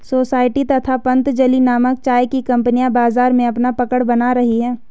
society तथा पतंजलि नामक चाय की कंपनियां बाजार में अपना पकड़ बना रही है